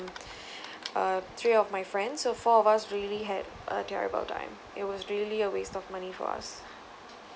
uh three of my friends so four of us really had a terrible time it was really a waste of money for us